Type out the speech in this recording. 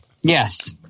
Yes